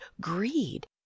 greed